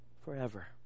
forever